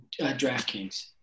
DraftKings